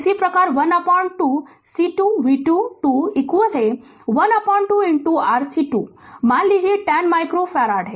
इसी प्रकार 12 c 2 v 2 2 12 r c 2 मान 10 माइक्रो फैराड